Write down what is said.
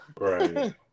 Right